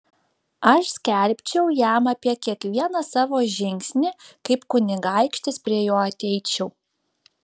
aš skelbčiau jam apie kiekvieną savo žingsnį kaip kunigaikštis prie jo ateičiau